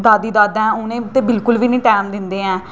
दादी दादा उ'नेंगी ते बिलकुल बी निं टैम दिंदे हैन